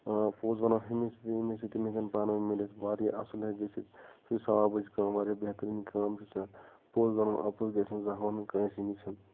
آ پوٚز وَنو ہُمِس سۭتۍ ییٚمِس سۭتۍ تِم ہٮ۪کَن پانَے مِلِتھ واریاہ اَصٕل ہیٚکہِ گٔژھِتھ سُہ چھِ سوابٕچ کٲم واریاہ بہتریٖن کٲم چھِ آسان پوٚز وَنو اَپُز گژھِ نہٕ زانٛہہ وَنُن کٲنٛسہِ نِش